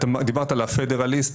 דיברת על ה"פדרליסט".